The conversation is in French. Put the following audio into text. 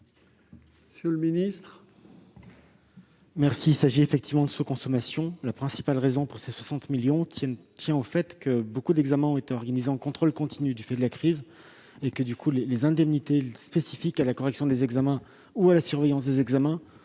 Monsieur le ministre,